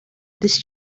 this